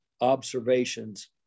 observations